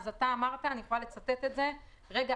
אמרת: "רגע,